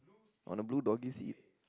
on the blue doggy seat